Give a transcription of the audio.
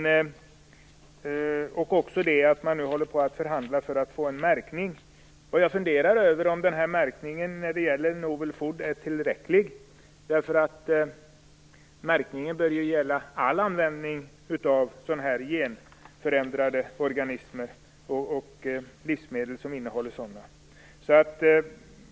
Det är också bra att man nu förhandlar för att få till stånd en märkning. Jag funderar om märkningen när det gäller novel-food är tillräcklig. Märkningen bör ju gälla all användning av sådana här genförändrade organismer och livsmedel som innehåller sådana.